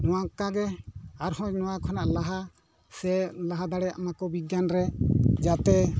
ᱱᱚᱝᱠᱟᱜᱮ ᱟᱨᱦᱚᱸ ᱱᱚᱣᱟ ᱠᱷᱚᱱᱟᱜ ᱞᱟᱦᱟ ᱥᱮ ᱞᱟᱦᱟ ᱫᱟᱲᱮᱭᱟᱜ ᱢᱟᱠᱚ ᱵᱤᱜᱽᱜᱟᱱ ᱨᱮ ᱡᱟᱛᱮ